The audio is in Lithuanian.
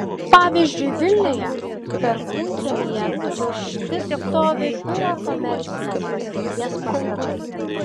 pavyzdžiui vilniuje perkūnkiemyje tušti stovi biuro komercinės paskirties pastatai